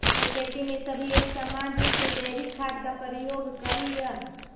खेती में सभी एक समान रूप से जैविक खाद का प्रयोग करियह